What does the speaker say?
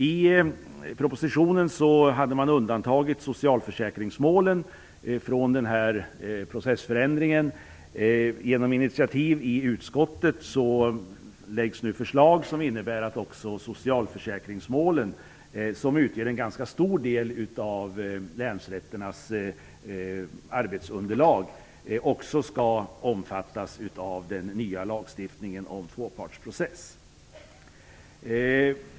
I propositionen har man undantagit socialförsäkringsmålen från den här processförändringen. Genom initiativ i utskottet läggs nu fram förslag som innebär att även socialförsäkringsmålen, som utgör en ganska stor del av länsrätternas arbetsunderlag, också skall omfattas av den nya lagstiftningen om tvåpartsprocess.